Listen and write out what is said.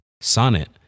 Sonnet